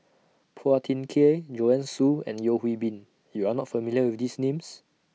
Phua Thin Kiay Joanne Soo and Yeo Hwee Bin YOU Are not familiar with These Names